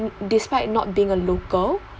despite not being a local